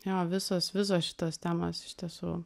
jo visos visos šitos temos iš tiesų